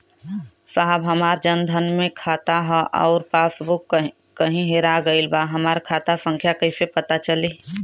साहब हमार जन धन मे खाता ह अउर पास बुक कहीं हेरा गईल बा हमार खाता संख्या कईसे पता चली?